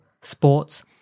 sports